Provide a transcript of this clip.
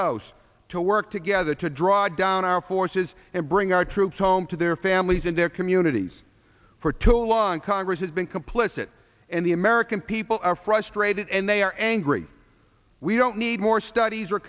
house to work together to draw down our forces and bring our troops home to their families and their communities for too long congress has been complicit and the american people are frustrated and they are angry we don't need more studies or